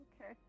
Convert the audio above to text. Okay